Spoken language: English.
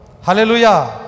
Hallelujah